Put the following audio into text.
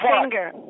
finger